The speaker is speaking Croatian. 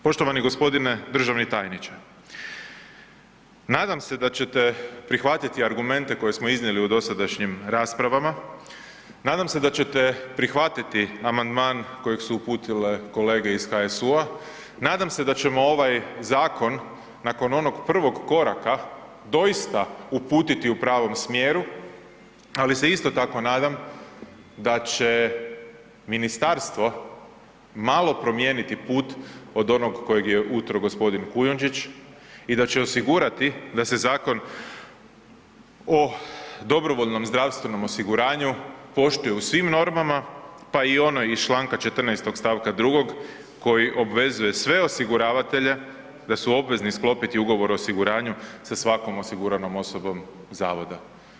Poštovani g. državni tajniče, nadam se da ćete prihvatiti argumente koje smo iznijeli u dosadašnjim raspravama, nadam se da ćete prihvatiti amandman kojeg su uputile kolege iz HSU-a, nadam se da ćemo ovaj zakon nakon onog prvog koraka doista uputiti u pravom smjeru, ali se isto tako nadam da će ministarstvo malo promijeniti put od onog kojeg je utro g. Kujundžić i da će osigurati da se Zakon o dobrovoljnom zdravstvenom osiguranju poštuje u svim normama pa i onoj iz čl. 14. stavka 2. koji obvezuje sve osiguravatelje da su obvezni sklopiti ugovor o osiguranju sa svakom osiguranom osobom zavoda.